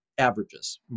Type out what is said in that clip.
Averages